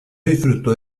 disfrutó